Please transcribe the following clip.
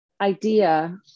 idea